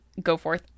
GoForth